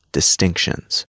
distinctions